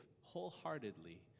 wholeheartedly